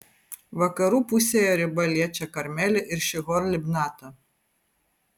vakarų pusėje riba liečia karmelį ir šihor libnatą